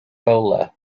bowler